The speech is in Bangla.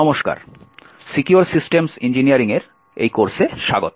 নমস্কার সিকিওর সিস্টেমস ইঞ্জিনিয়ারিং এর এই কোর্সে স্বাগত